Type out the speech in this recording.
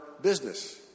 business